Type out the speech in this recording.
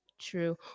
true